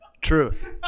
Truth